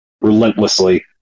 Relentlessly